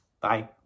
Bye